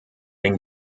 den